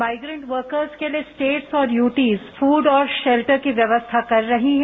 migrant workers के लिए states और यूटी फूड और शेल्टर की व्यरवस्था कर रही है